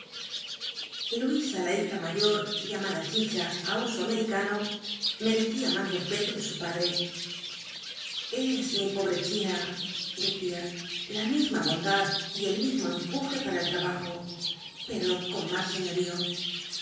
luisa la hija mayor llamada chicha á uso americano merecía más respeto de su padre es mi pobre china decia la misma bondad v el mismo empuje para el trabajo pero con más señorío